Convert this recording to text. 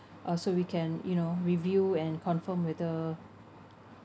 uh so we can you know review and confirm whether